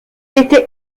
était